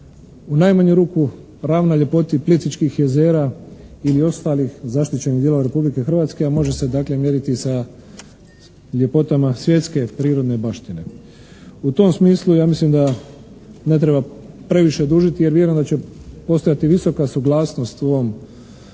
u najmanju ruku ravna ljepoti Plitvičkih jezera ili ostalih zaštićenih dijelova Republike Hrvatske, a može se dakle mjeriti i sa ljepotama svjetske prirodne baštine. U tom smislu ja mislim da ne treba previše dužiti jer vjerujem da će postojati visoka suglasnost u ovom